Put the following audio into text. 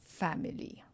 family